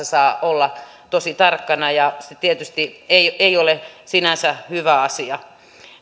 saa olla tosi tarkkana ja se tietysti ei ei ole sinänsä hyvä asia